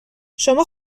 شما